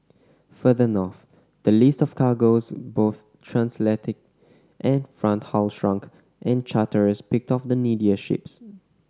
further north the list of cargoes both transatlantic and front haul shrunk and charterers picked off the needier ships